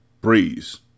Breeze